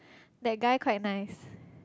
that guy quite nice